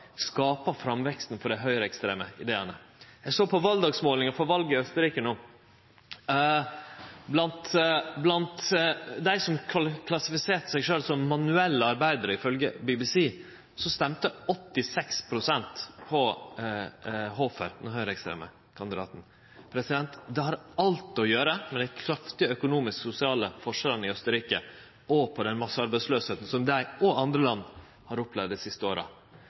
skapar framveksten for dei høgreekstreme ideane. Eg såg på valdagsmålinga for valet i Austerrike. Blant dei som klassifiserte seg sjølve som manuelle arbeidarar, ifølgje BBC, stemte 86 pst. på Hofer, den høgreekstreme kandidaten. Det har alt å gjere med dei kraftige økonomisk-sosiale skilnadene i Austerrike og med massearbeidsløysa som dei og andre land har opplevd dei siste åra.